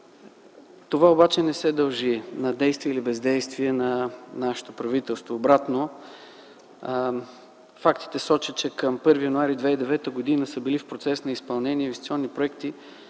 Това обаче не се дължи на действие или бездействие на нашето правителство. Обратно, фактите сочат, че към 1 януари 2009 г. са били в процес на изпълнение инвестиционни проекти